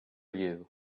you